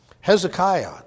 Hezekiah